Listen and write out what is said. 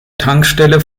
tankstelle